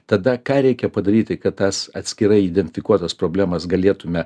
tada ką reikia padaryti kad tas atskirai identifikuotas problemas galėtumėme